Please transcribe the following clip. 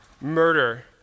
murder